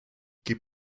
gib